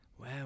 Wow